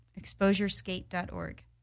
ExposureSkate.org